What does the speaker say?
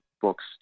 books